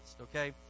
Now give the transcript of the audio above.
okay